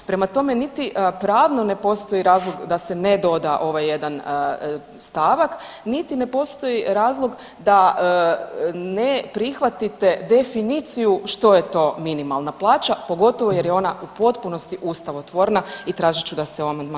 Prema tome, niti pravno ne postoji razlog da se ne doda ovaj jedan stavak, niti ne postoji razlog da ne prihvatite definiciju što je to minimalna plaća pogotovo jer je ona u potpunosti ustavotvorna i traži ću da se o amandmanu glasa.